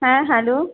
হ্যাঁ হ্যালো